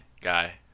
guy